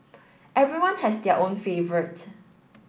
everyone has their own favourite